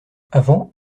avant